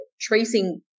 tracing